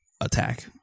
attack